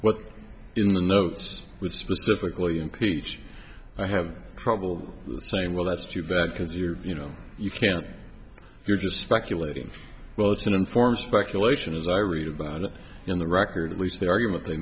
what's in the notes with specifically impeach i have trouble saying well that's too bad because you're you know you can't you're just speculating well it's an informed speculation as i read about it in the record at least the argument they